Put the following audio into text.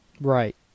Right